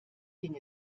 ging